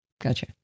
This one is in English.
Gotcha